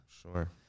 Sure